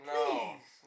Please